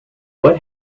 what